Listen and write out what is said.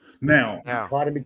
Now